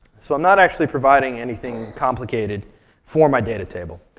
so i'm not actually providing anything complicated for my data table.